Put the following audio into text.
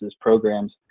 programs